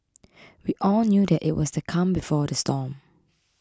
we all knew that it was the calm before the storm